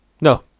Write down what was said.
No